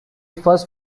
first